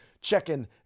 checking